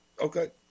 Okay